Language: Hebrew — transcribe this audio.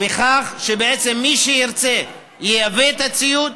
כך שבעצם מי שירצה, ייבא את הציוד.